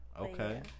okay